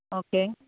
okay